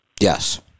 Yes